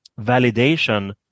validation